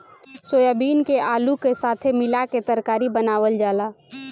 soybean के आलू का साथे मिला के तरकारी बनावल जाला